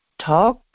talk